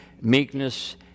meekness